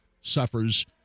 suffers